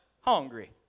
Hungry